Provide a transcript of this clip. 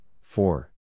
four